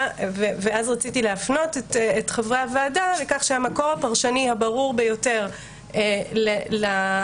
ואז רציתי להפנות את חברי הוועדה לכך שהמקור הפרשני הברור ביותר לתיבה